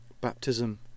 baptism